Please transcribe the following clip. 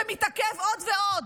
זה מתעכב עוד ועוד,